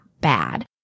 bad